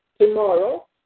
tomorrow